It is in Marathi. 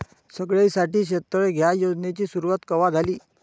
सगळ्याइसाठी शेततळे ह्या योजनेची सुरुवात कवा झाली?